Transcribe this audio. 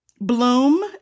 Bloom